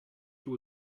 will